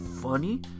funny